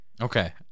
Okay